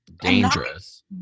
dangerous